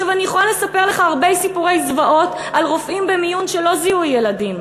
אני יכולה לספר לך הרבה סיפורי זוועות על רופאים במיון שלא זיהו ילדים,